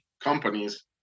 companies